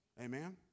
Amen